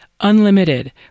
Unlimited